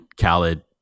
Khaled